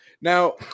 Now